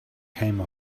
came